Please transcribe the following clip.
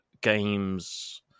games